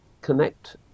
connect